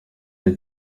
ati